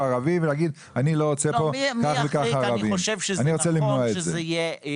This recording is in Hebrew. ערבי ולומר: אני לא רוצה פה כך וכך ערבים.